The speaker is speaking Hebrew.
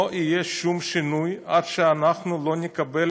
לא יהיה שום שינוי עד שאנחנו לא נקבל